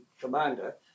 commander